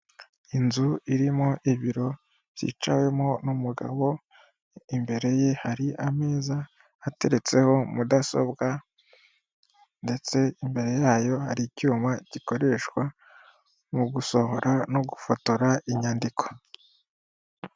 Inzu irimo ibiro byicawemo n'umugabo, imbere ye hari ameza ateretseho mudasobwa ndetse imbere yayo hari icyuma gikoreshwa mu gusohora no gufotora inyandiko.